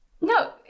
No